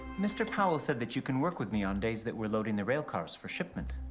mr. powell said that you can work with me on days that we're loading the rail cars for shipment.